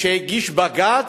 שהגיש בג"ץ,